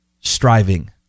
striving